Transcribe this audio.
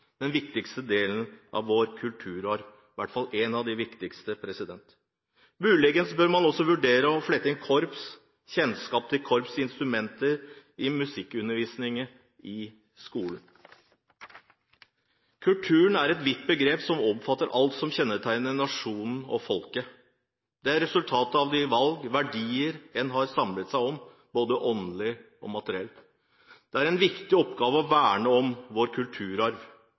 den viktigste delen av vår kulturarv, i hvert fall en av de viktigste! Muligens bør man også vurdere å flette korps og kjennskap til korpsinstrumenter inn i musikkundervisningen i skolen. Kultur er et vidt begrep, som omfatter alt som kjennetegner nasjonen og folket. Det er resultatet av de valg og verdier en har samlet seg om, både åndelig og materielt. Det er en viktig oppgave å verne om vår kulturarv.